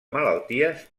malalties